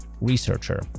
Researcher